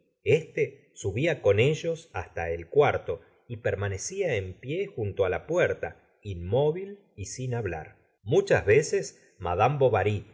éste subía con ellos hasta el cuarto y permanecía en pie junto á la puerta inmóvil y sin hablar muchas veces mada me bovary